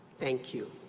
thank you.